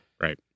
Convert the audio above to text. Right